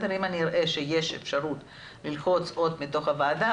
אם אראה שיש אפשרות ללחוץ עוד מתוך הוועדה,